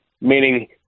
meaning